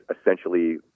essentially